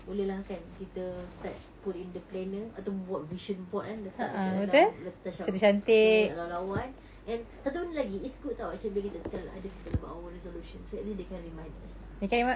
boleh lah kan kita start put in the planner ataupun buat vision board kan letak dekat dalam let~ sham~ semua lawa-lawa kan and satu benda lagi it's good [tau] actually bila kita tell other people about our resolutions so at least they can remind us lah